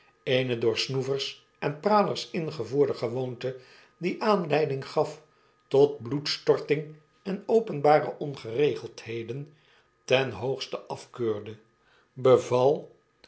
eene cloor snoevers en pralers ingevoerde gewoonte die aanleiding gaf tot bloedstorting en openbare ongeregeldheden ten hoogste afkeurende